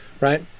right